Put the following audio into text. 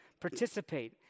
participate